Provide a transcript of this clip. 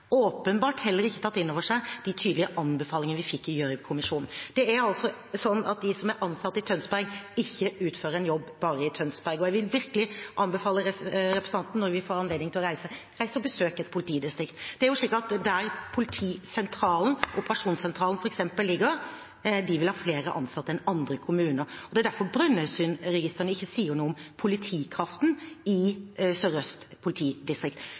åpenbart heller ikke tatt inn over seg de tydelige anbefalingene vi fikk i Gjørv-kommisjonen. Det er altså sånn at de som er ansatt i Tønsberg, ikke utfører en jobb bare i Tønsberg. Jeg vil virkelig anbefale representanten Sem-Jacobsen, når vi får anledning til å reise igjen, å reise og besøke et politidistrikt. Det er slik at der politisentralen, operasjonssentralen f.eks., ligger, vil de ha flere ansatte enn andre kommuner. Det er derfor Brønnøysundregistrene ikke sier noe om politikraften i Sør-Øst politidistrikt.